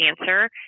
answer